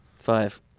Five